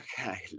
okay